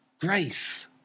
grace